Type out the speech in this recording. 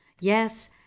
Yes